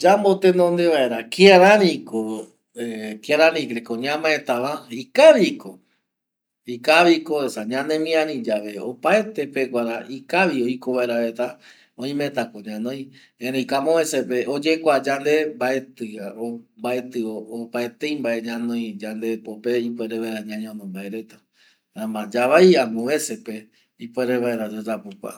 Yamotenonde vaera kia rari ko ñamaetava ikavi ko esa ñanemiari yave opaete peguara ikavi oiko vaera reta oimeta ko ñanoi erei ko amovesepe oyekua yande mbaeti opaetei mbae ñanoi yandepope jaema yavai amopevese pe opavaera yayapo kua.